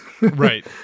right